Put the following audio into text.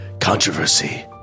Controversy